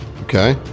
okay